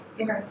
Okay